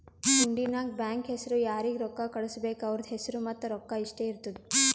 ಹುಂಡಿ ನಾಗ್ ಬ್ಯಾಂಕ್ ಹೆಸುರ್ ಯಾರಿಗ್ ರೊಕ್ಕಾ ಕಳ್ಸುಬೇಕ್ ಅವ್ರದ್ ಹೆಸುರ್ ಮತ್ತ ರೊಕ್ಕಾ ಇಷ್ಟೇ ಇರ್ತುದ್